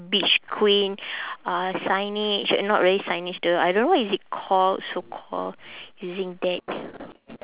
beach queen uh signage uh not really signage the I don't know what is it called so called using that